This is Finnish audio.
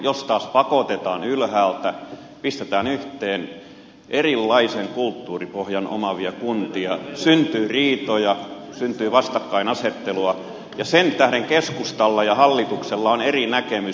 jos taas pakotetaan ylhäältä pistetään yhteen erilaisen kulttuuripohjan omaavia kuntia syntyy riitoja syntyy vastakkainasettelua ja sen tähden keskustalla ja hallituksella on eri näkemys